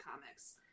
comics